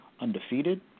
undefeated